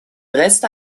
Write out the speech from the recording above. reste